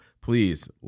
please